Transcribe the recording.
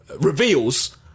reveals